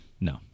No